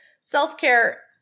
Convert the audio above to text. self-care